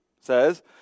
says